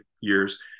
years